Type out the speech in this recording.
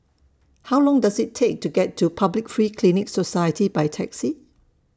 How Long Does IT Take to get to Public Free Clinic Society By Taxi